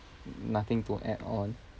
nothing to add on